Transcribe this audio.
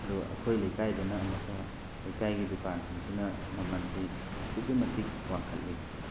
ꯑꯗꯨ ꯑꯩꯈꯣꯏ ꯂꯩꯀꯥꯏꯗꯅ ꯑꯃꯨꯛꯀ ꯂꯩꯀꯥꯏꯒꯤ ꯗꯨꯀꯥꯟꯁꯤꯡꯁꯤꯅ ꯃꯃꯜꯁꯦ ꯑꯗꯨꯛꯀꯤ ꯃꯇꯤꯛ ꯋꯥꯡꯈꯠꯂꯤ